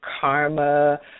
Karma